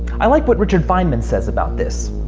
i like what richard feynman says about this.